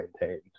maintained